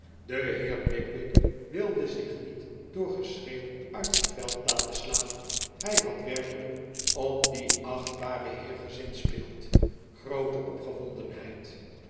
de heer pickwick wilde zich niet door geschreeuw uit het veld laten slaan hij had werkelijk op dien achtbaren heer gezinspeeld groote